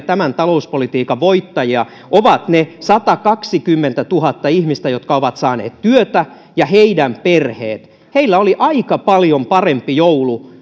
tämän talouspolitiikan voittajia ovat ne satakaksikymmentätuhatta ihmistä jotka ovat saaneet työtä ja heidän perheensä heillä oli aika paljon parempi joulu